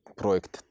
projekt